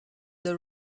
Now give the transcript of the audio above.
the